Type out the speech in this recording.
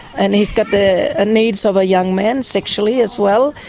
and he's got the ah needs of a young man sexually as well,